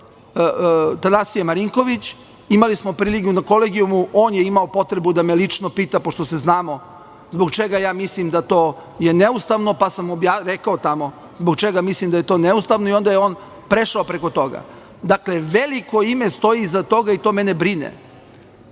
Tanasije Marinković. Imali smo prilike na Kolegijumu. On je imao potrebu da me lično pita, pošto se znamo, zbog čega ja mislim da je to neustavno, pa sam rekao zbog čega mislim da je to neustavno i onda je on prešao preko toga. Dakle, veliko ime stoji iza toga i to mene brine,